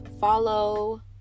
follow